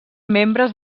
membres